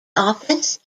office